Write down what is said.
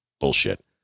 bullshit